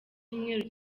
cyumweru